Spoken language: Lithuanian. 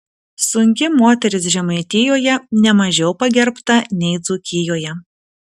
sunki moteris žemaitijoje ne mažiau pagerbta nei dzūkijoje